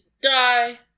die